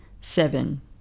Seven